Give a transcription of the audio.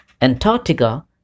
Antarctica